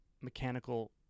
mechanical